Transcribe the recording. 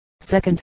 second